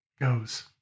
goes